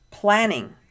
Planning